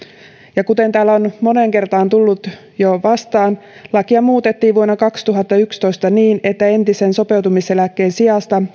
ja kuten täällä on moneen kertaan tullut jo vastaan lakia muutettiin vuonna kaksituhattayksitoista niin että entisen sopeutumiseläkkeen sijasta